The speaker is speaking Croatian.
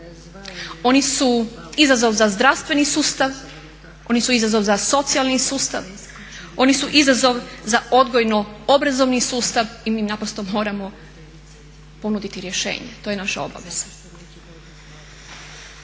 oni su izazov za zdravstveni sustav, oni su izazov za socijalni sustav, oni su izazov za odgojno-obrazovni sustav i mi naprosto moramo ponuditi rješenje. To je naša obaveza.